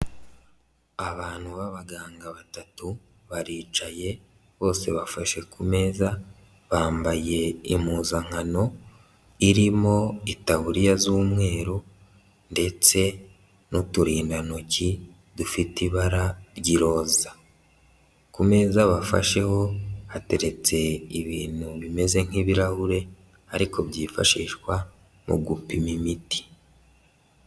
Abantu b'abaganga batatu baricaye bose bafashe ku meza bambaye impuzankano irimo itaburiya z'umweru ndetse n'uturindantoki dufite ibara ry'iroza. Ku ameza bafasheho hateretse ibintu bimeze nk'ibirahure ariko byifashishwa mu gupima imiti.